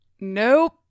Nope